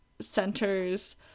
centers